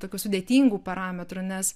tokių sudėtingų parametrų nes